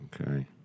Okay